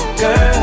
girl